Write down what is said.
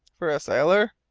for a sailor?